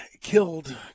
killed